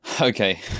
Okay